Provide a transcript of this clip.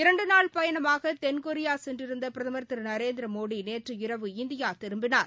இரண்டுநாள் பயணமாக தென்கொரியா சென்றிருந்த பிரதமர் திரு நரேந்திர மோடி நேற்றிரவு இந்தியா திரும்பினார்